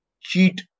cheat